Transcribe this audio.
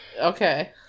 Okay